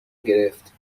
گرفت